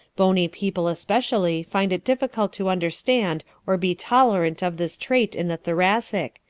bony people especially find it difficult to understand or be tolerant of this trait in the thoracic,